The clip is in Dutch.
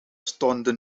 stonden